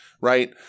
Right